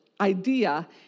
idea